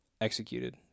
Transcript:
executed